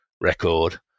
record